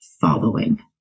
following